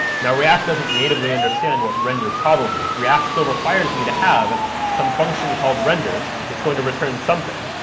now, react doesn't natively understand what render problem is. react still requires me to have some function called render that's going to return something.